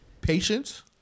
Patience